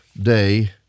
day